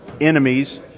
enemies